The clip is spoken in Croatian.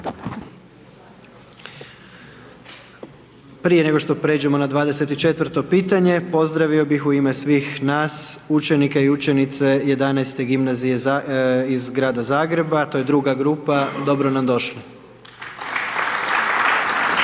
Prije nego što pređeno na 24 pitanje, pozdravio bih u ime svih nas učenike i učenice XI. Gimnazije iz Grada Zagreba, to je druga grupa, dobro nam došli.